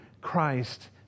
Christ